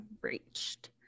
reached